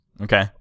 Okay